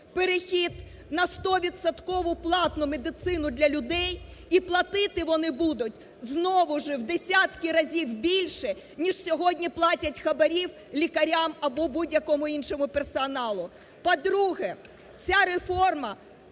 Перехід на 100-відсоткову платну медицину для людей і платити вони будуть знову ж в десятки разів більше ніж сьогодні платять хабарів лікарям або будь-якому іншому персоналу. По-друге, ця реформа,